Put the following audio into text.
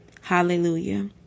Hallelujah